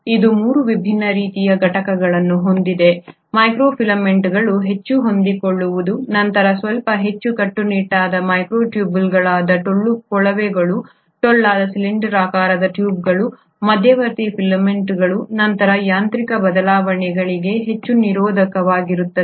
ಇದು 3 ವಿಭಿನ್ನ ರೀತಿಯ ಘಟಕಗಳನ್ನು ಹೊಂದಿದೆ ಮೈಕ್ರೊಫಿಲಮೆಂಟ್ಸ್ಗಳು ಹೆಚ್ಚು ಹೊಂದಿಕೊಳ್ಳುವವು ನಂತರ ಸ್ವಲ್ಪ ಹೆಚ್ಚು ಕಟ್ಟುನಿಟ್ಟಾದ ಮೈಕ್ರೊಟ್ಯೂಬ್ಯೂಲ್ಗಳು ಟೊಳ್ಳಾದ ಕೊಳವೆಗಳು ಟೊಳ್ಳಾದ ಸಿಲಿಂಡರಾಕಾರದ ಟ್ಯೂಬ್ಗಳು ಮತ್ತು ಮಧ್ಯವರ್ತಿ ಫಿಲಮೆಂಟ್ಗಳು ನಂತರದ ಯಾಂತ್ರಿಕ ಬದಲಾವಣೆಗಳಿಗೆ ಹೆಚ್ಚು ನಿರೋಧಕವಾಗಿರುತ್ತವೆ